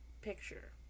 picture